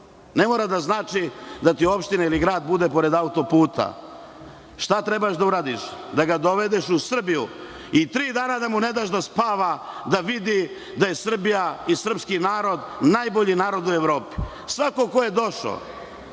Ne mora da znači da ti opština ili grad budu pored autoputa. Šta treba da uradiš da ga dovedeš u Srbiji i tri dana da mu ne daš da spava, da vidi da je Srbija i srpski narod najbolji narod u Evropi. Svako ko je došao